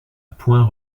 point